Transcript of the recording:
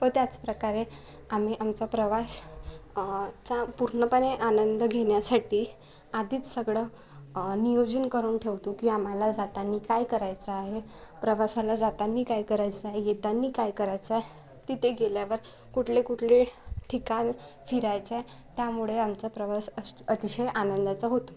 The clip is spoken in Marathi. व त्याचप्रकारे आम्ही आमचा प्रवास चा पूर्णपणे आनंद घेण्यासाठी आधीच सगळं नियोजन करून ठेवतो की आम्हाला जाताना काय करायचं आहे प्रवासाला जाताना काय करायचं आहे येताना काय करायचं आहे तिथे गेल्यावर कुठले कुठले ठिकाण फिरायचं आहे त्यामुळे आमचा प्रवास अश अतिशय आनंदाचा होतो